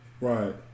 right